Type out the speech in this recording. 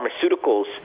pharmaceuticals